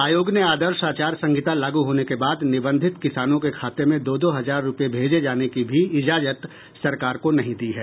आयोग ने आदर्श आचार संहिता लागू होने के बाद निबंधित किसानों के खाते में दो दो हजार रूपये भेजे जाने की भी इजाजत सरकार को नहीं दी है